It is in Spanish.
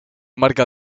marca